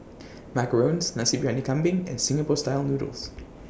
Macarons Nasi Briyani Kambing and Singapore Style Noodles